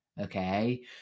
okay